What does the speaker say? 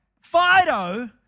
Fido